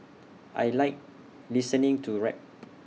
I Like listening to rap